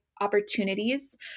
opportunities